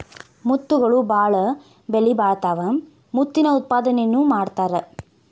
ಮುತ್ತುಗಳು ಬಾಳ ಬೆಲಿಬಾಳತಾವ ಮುತ್ತಿನ ಉತ್ಪಾದನೆನು ಮಾಡತಾರ